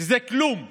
שזה כלום תקציב.